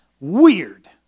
Weird